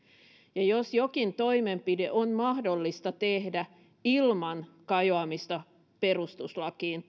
ja jos jokin toimenpide on mahdollista tehdä ilman kajoamista perustuslakiin